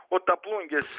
o ta plungės